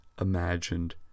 imagined